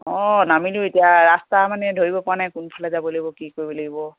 অঁ নামিলোঁ এতিয়া ৰাস্তা মানে ধৰিব পৰা নাই কোনফালে যাব লাগিব কি কৰিব লাগিব